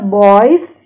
boys